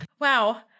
wow